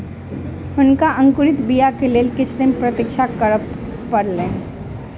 हुनका अंकुरित बीयाक लेल किछ दिन प्रतीक्षा करअ पड़लैन